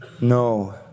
No